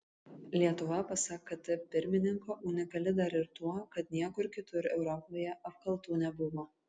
lietuva pasak kt pirmininko unikali dar ir tuo kad niekur kitur europoje apkaltų nebuvo